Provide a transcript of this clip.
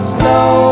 slow